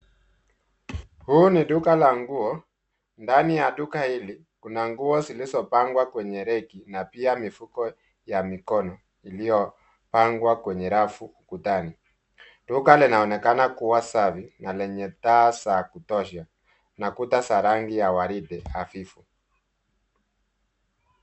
Huu ni duka la nguo. Ndani ya duka hili, kuna nguo zilizopangwa kwenye reki na pia mifuko ya mikono iliopangwa kwenye rafu ukutani. Duka linaonekana kuwa safi na lenye taa za kutosha na kuta za rangi ya waridi hafifu.